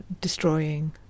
destroying